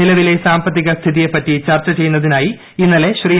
നിലവിലെ സാമ്പത്തിക സ്ഥിതിയെപ്പറ്റി ചർച്ച ചെയ്യുന്നതിനായി ഇന്നലെ ശ്രീ